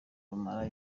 rumara